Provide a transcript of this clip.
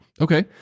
Okay